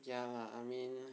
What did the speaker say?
ya I mean